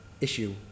Issue